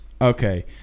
okay